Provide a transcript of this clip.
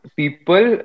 people